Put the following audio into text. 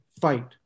fight